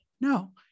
no